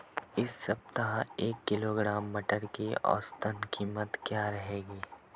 इस सप्ताह एक किलोग्राम मटर की औसतन कीमत क्या रहेगी?